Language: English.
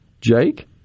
Jake